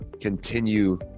continue